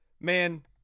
man